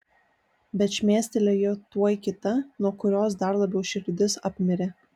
bet šmėstelėjo tuoj kita nuo kurios dar labiau širdis apmirė